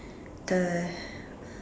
the